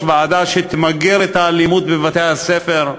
ועדה שתביא למיגור האלימות בבתי-הספר,